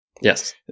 Yes